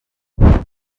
dream